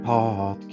Podcast